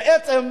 בעצם,